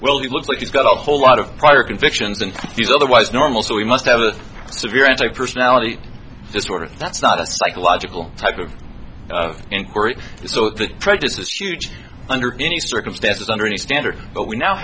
well he looks like he's got a whole lot of prior convictions and he's otherwise normal so we must have a severe anti personality disorder that's not a psychological type of inquiry so the practice is huge under any circumstances under any standard but we now